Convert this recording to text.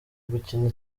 gukina